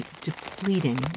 depleting